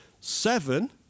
Seven